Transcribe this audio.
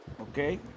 Okay